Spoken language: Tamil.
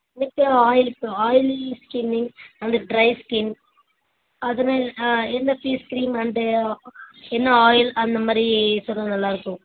ஸ்கின் கேர் ஆயிலுக்கு oily skinning and dry skin அதுமாரி ஆ எந்த ஃபேஸ் க்ரீம் அண்டு என்ன ஆயில் அந்தமாதிரி சொன்னால் நல்லாயிருக்கும்